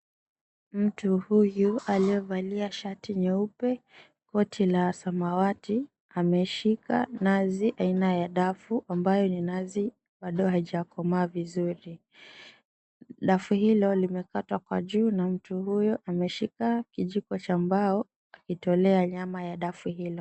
Mtu huyu aliovalia shati nyeupe, koti la samawati ame shika nazi aina ya dafu, ambayo ni nazi bado haija komaa vizuri. Dafu hilo lime katwa kwa juu na mtu huyu ame shika kijiko cha mbao akitolea nyama ya dafu hilo.